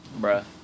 Bruh